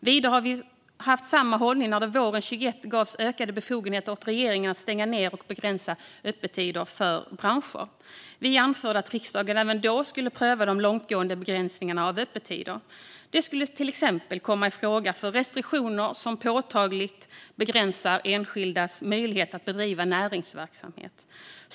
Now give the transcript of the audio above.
Vidare har vi haft samma hållning när det våren 2021 gavs ökade befogenheter åt regeringen att stänga ned och begränsa öppettider för branscher. Vi anförde att riksdagen även då skulle pröva de långtgående begränsningarna av öppettider. Det skulle till exempel komma i fråga för restriktioner som påtagligt begränsar enskildas möjligheter att bedriva näringsverksamhet.